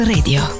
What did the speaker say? Radio